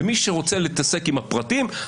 מי שרוצה להתעסק עם הפרטים,